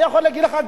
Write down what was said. אני יכול להגיד לך,